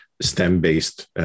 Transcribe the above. STEM-based